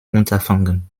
unterfangen